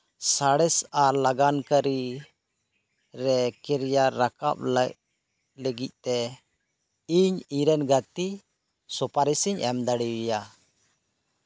ᱥᱟᱬᱮᱥ ᱟᱨ ᱞᱞᱟᱸᱜᱟᱱ ᱠᱟᱹᱨᱤ ᱨᱮ ᱠᱮᱨᱤᱭᱟᱨ ᱨᱟᱠᱟᱵᱽ ᱞᱥᱟᱹᱜᱤᱫ ᱛᱮ ᱤᱧ ᱤᱧᱨᱮᱱ ᱜᱟᱛᱮ ᱥᱩᱯᱟᱨᱤᱥ ᱤᱧ ᱮᱢ ᱫᱟᱲᱮ ᱟᱭᱟ